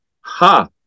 ha